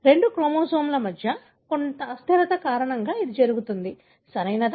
రెండు క్రోమోజోమ్ల మధ్య కొంత అస్థిరత కారణంగా ఇది జరుగుతుంది సరియైనదా